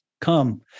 come